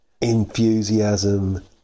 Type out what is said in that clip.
enthusiasm